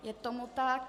Je tomu tak.